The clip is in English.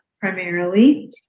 primarily